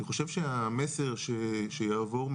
אני חושב שהמסר שיעבור,